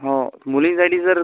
हो मुलीसाठी सर